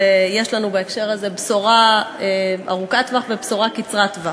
ויש לנו בהקשר הזה בשורה ארוכת טווח ובשורה קצרת טווח.